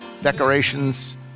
Decorations